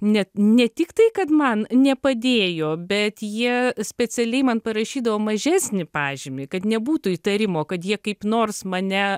ne ne tik tai kad man nepadėjo bet jie specialiai man parašydavo mažesnį pažymį kad nebūtų įtarimo kad jie kaip nors mane